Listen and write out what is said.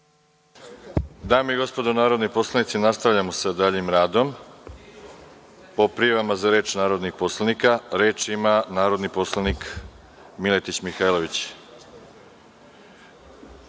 Dame i gospodo narodni poslanici, nastavljamo sa daljim radom po prijavama za reč narodnih poslanika. Reč ima narodni poslanik Miletić Mihajlović. Samo